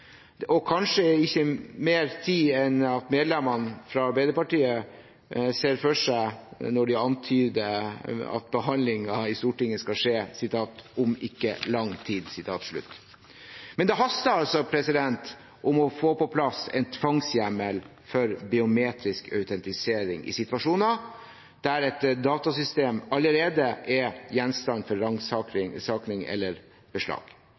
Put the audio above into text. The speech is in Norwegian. men kanskje ikke mer tid enn medlemmene fra Arbeiderpartiet ser for seg når de antyder at behandlingen i Stortinget skal skje «om ikke lang tid». Men det haster med å få på plass en tvangshjemmel for biometrisk autentisering i situasjoner der et datasystem allerede er gjenstand for ransaking eller beslag.